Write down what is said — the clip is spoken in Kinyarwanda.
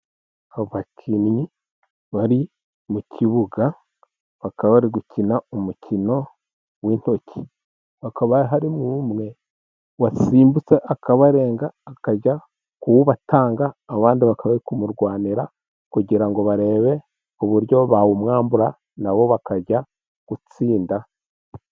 Abakinnyi bari mu kibuga bakaba bari gukina umukino w'intoki, hakaba hari umwe wasimbutse akabarenga akajya kuwubatanga, abandi bakaba bari kumurwanya, kugira ngo barebe uburyo bawumwambura nabo bakajya gutsinda.